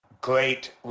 great